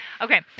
Okay